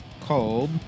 called